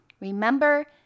Remember